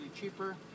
cheaper